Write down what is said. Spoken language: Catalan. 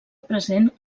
present